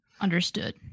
Understood